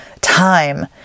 time